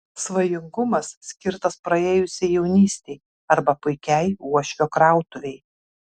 svajingumas skirtas praėjusiai jaunystei arba puikiai uošvio krautuvei